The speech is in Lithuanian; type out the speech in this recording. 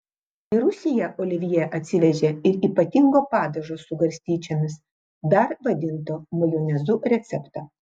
į rusiją olivjė atsivežė ir ypatingo padažo su garstyčiomis dar vadinto majonezu receptą